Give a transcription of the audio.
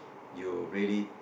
you really